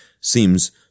seems